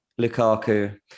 Lukaku